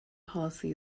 policy